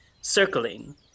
circling